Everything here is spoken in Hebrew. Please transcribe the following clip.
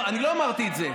אני לא אמרתי את זה.